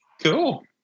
Cool